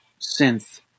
synth